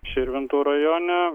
širvintų rajone